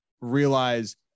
realize